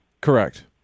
Correct